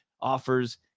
offers